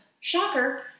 shocker